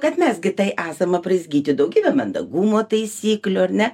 kad mes gi tai esam apraizgyti daugybe mandagumo taisyklių ar ne